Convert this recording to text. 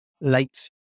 late